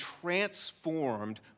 transformed